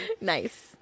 Nice